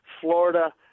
Florida